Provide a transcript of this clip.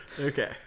Okay